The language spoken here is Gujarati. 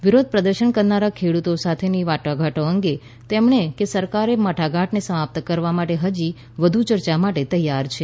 વિરોધ પ્રદર્શન કરનારા ખેડૂતો સાથેની વાટાઘાટો અંગે તેમણે કે સરકાર મડાગાંઠને સમાપ્ત કરવા માટે હજી વધુ ચર્ચા માટે તૈયાર છે